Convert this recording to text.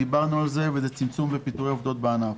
דיברנו על זה וזה צמצום ופיטורי עובדות בענף.